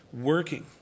working